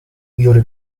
yuri